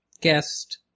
guest